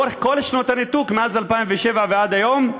לאורך כל שנות הניתוק מאז 2007 ועד היום,